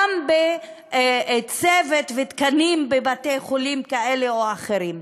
גם בצוות ותקנים בבתי-חולים כאלה ואחרים.